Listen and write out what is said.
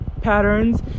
patterns